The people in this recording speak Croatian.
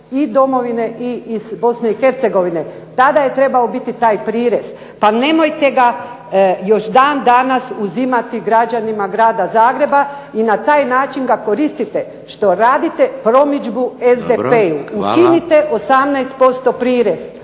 Hrvata i iz Bosne i Hercegovine i domovine. Tada je trebao biti taj prirez. Pa nemojte ga još dan danas uzimati građanima grada Zagreba i na taj način ga koristite što radite promidžbu SDP-u. ukinite 18% prirez,